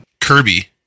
Kirby